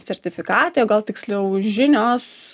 sertifikatai o gal tiksliau žinios